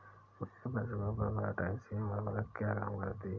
भैया फसलों पर पोटैशियम उर्वरक क्या काम करती है?